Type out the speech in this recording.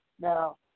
Now